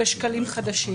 בשקלים חדשים",